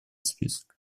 список